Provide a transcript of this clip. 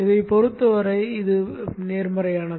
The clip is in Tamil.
இதைப் பொறுத்தவரை இது நேர்மறையானது